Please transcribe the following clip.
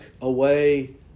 away